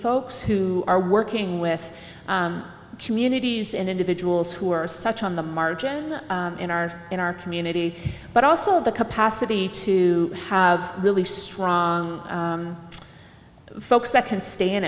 folks who are working with communities and individuals who are such on the margin in our in our community but also in the capacity to have really strong folks that can stay in